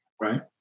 Right